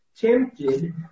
tempted